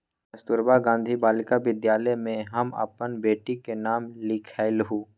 कस्तूरबा गांधी बालिका विद्यालय मे हम अपन बेटीक नाम लिखेलहुँ